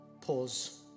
pause